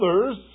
Others